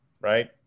right